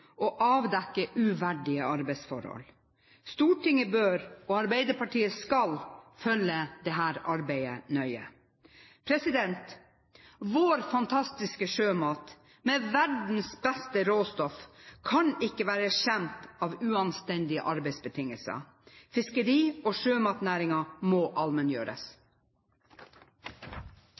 avdekke uverdige arbeidsforhold. Stortinget bør – og Arbeiderpartiet skal – følge dette arbeidet nøye. Vår fantastiske sjømat, med verdens beste råstoff, kan ikke være skjemt av uanstendige arbeidsbetingelser. Fiskeri- og sjømatnæringen må allmenngjøres!